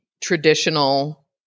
traditional